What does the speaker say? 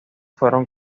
fueron